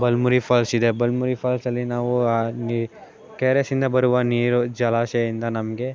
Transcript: Balamuri falls ಇದೆ ಬಲಮುರಿ ಫಾಲ್ಸಲ್ಲಿ ನಾವು ಆ ನೀ ಕೆ ಆರ್ ಎಸ್ಸಿಂದ ಬರುವ ನೀರು ಜಲಾಶಯ್ದಿಂದ ನಮಗೆ